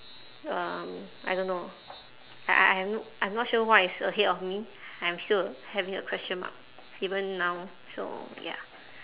um I don't know I I I have no I'm not sure what is ahead of me I'm still having a question mark even now so ya